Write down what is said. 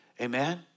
Amen